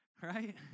right